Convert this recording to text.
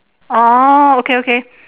orh okay okay